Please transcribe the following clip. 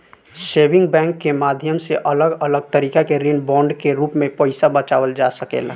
saving bank के माध्यम से अलग अलग तरीका के ऋण बांड के रूप में पईसा बचावल जा सकेला